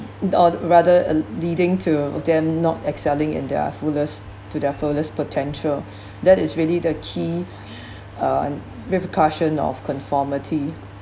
or rather a leading to there're not excelling in their fullest to their fullest potential that is really the key uh repercussion of conformity